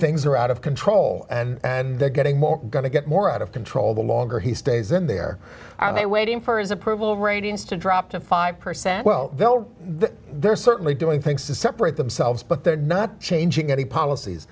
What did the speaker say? things are out of control and they're getting more going to get more out of control the longer he stays in there are they waiting for his approval ratings to drop to five percent well though they're certainly doing things to separate themselves but they're not changing any policies